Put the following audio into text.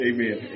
Amen